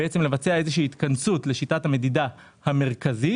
ובעצם לבצע איזו שהיא התכנסות לשיטת המדידה המרכזית